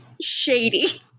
shady